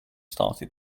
started